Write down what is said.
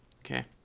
Okay